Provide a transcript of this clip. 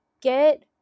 get